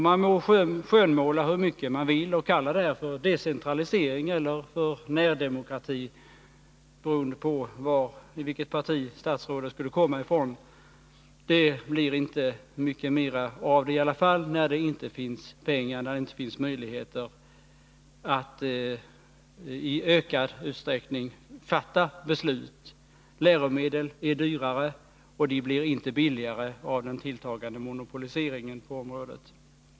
Man må skönmåla hur mycket man vill och kalla det decentralisering eller närdemokrati — beroende på vilket statsråd en proposition kommer ifrån. Det blir inte mycket av det ändå, när det inte finns pengar eller andra resurser som möjliggör ett beslutsfattande. Läromedel är dyra, och de blir inte billigare av den tilltagande monopoliseringen på området.